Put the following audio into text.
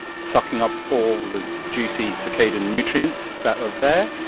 sucking up all the juicy cicada nutrients that were there,